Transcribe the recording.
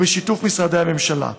ובשיתוף משרדי הממשלה.